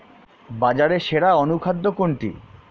বাজারে সেরা অনুখাদ্য কোনটি?